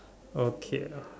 okay lah